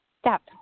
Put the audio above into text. step